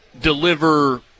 deliver